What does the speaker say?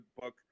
book